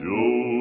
Joe